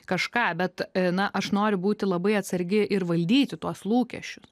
kažką bet na aš noriu būti labai atsargi ir valdyti tuos lūkesčius